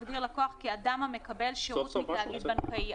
מגדיר לקוח כאדם המקבל שירות מתאגיד בנקאי.